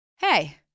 Hey